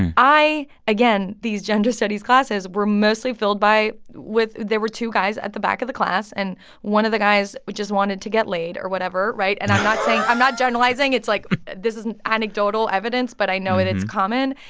i again, these gender studies classes were mostly filled by with there were two guys at the back of the class, and one of the guys just wanted to get laid or whatever, right? and i'm not saying i'm not generalizing. it's, like this isn't anecdotal evidence, but i know that it's common.